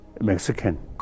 Mexican